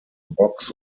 box